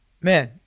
man